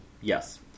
yes